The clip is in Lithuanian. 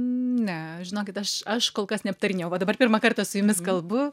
ne žinokit aš aš kol kas neaptarinėjau va dabar pirmą kartą su jumis kalbu